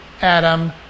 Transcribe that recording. Adam